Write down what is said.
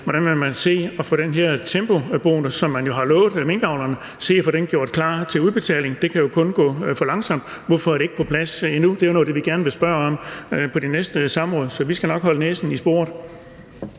hvordan man vil se at få den her tempobonus, som man jo har lovet minkavlerne, gjort klar til udbetaling. Det kan jo kun gå for langsomt. Hvorfor er det ikke på plads endnu? Det er jo noget af det, vi gerne vil spørge om på det næste samråd, så vi skal nok holde næsen i sporet.